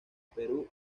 perú